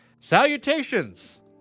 Salutations